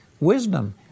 wisdom